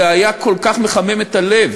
זה היה כל כך מחמם את הלב